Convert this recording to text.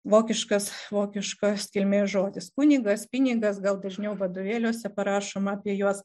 vokiškas vokiškos kilmės žodis kunigas pinigas gal dažniau vadovėliuose parašoma apie juos